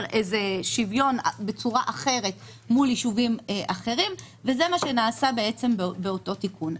שוויון בצורה אחרת מול ישובים אחרים וזה מה שנעשה באותו תיקון.